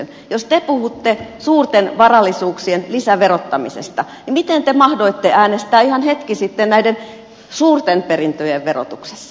jos te puhutte suurten varallisuuksien lisäverottamisesta niin miten te mahdoitte äänestää ihan hetki sitten näiden suurten perintöjen verotuksesta